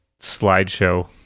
slideshow